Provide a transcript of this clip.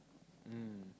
mm